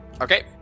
Okay